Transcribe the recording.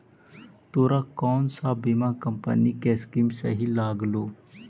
तोरा कौन सा बीमा कंपनी की स्कीम सही लागलो